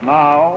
now